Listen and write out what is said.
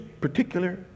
particular